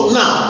now